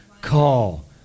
call